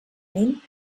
mil